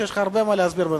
שיש לך הרבה מה להסביר בנושא.